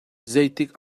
zeitik